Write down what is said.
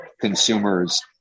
consumers